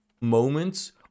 moments